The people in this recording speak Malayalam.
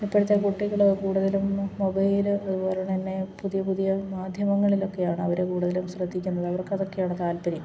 ഇപ്പോഴത്തെ കുട്ടികൾ കൂടുതലും മൊബൈൽ അതുപോലെതന്നെ പുതിയ പുതിയ മാധ്യമങ്ങളിലൊക്കെയാണ് അവർ കൂടുതലും ശ്രദ്ധിക്കുന്നത് അവർക്കതൊക്കെയാണ് താല്പര്യം